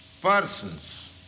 persons